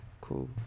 Cool